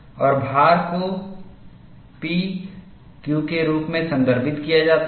और भार को P Q के रूप में संदर्भित किया जाता है